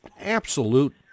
absolute